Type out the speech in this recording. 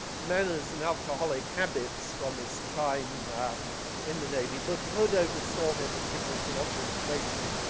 manners and alcohol like habits from his time in the navy. but hood oversaw him and gives us a lot of information.